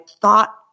thought